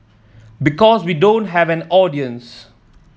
because we don't have an audience